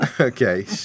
Okay